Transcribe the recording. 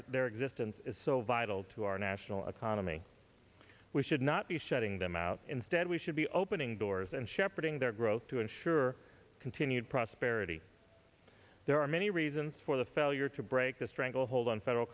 their existence is so vital to our national economy we should not be shutting them out instead we should be opening doors and shepherding their growth to ensure continued prosperity there are many reasons for the failure to break the stranglehold on federal